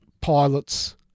pilots